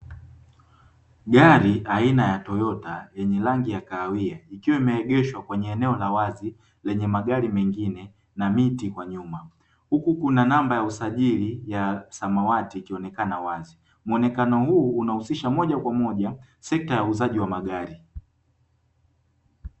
Gari aina ya "Toyota" lenye rangi ya kahawia, ikiwa imeegeshwa kwenye eneo la wazi lenye magari mengine na miti kwa nyuma, huku kuna namba ya usajili ya samawati ikionekana wazi, muonekano huu unahusisha moja kwa moja sekta ya uuzaji wa magari.